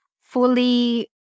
fully